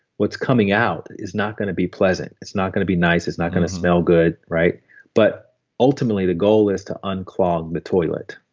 what's coming out is not going to be pleasant. it's not going to be nice. it's not going to smell good but ultimately, the goal is to unclog the toilet.